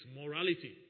morality